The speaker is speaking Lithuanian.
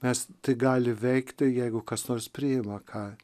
mes tai gali veikti jeigu kas nors priima ką